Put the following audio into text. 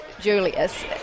Julius